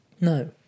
No